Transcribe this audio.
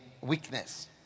weakness